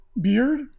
beard